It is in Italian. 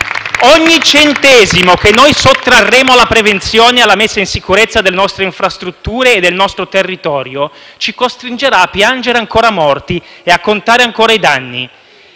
Ogni centesimo che noi sottrarremo alla prevenzione e alla messa in sicurezza delle nostre infrastrutture e del nostro territorio ci costringerà a piangere ancora morti e a contare ancora danni.